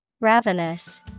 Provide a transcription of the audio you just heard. ravenous